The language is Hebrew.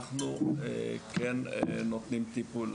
אנחנו כן נותנים טיפול.